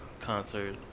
concert